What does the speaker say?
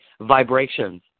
Vibrations